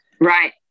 Right